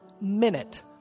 minute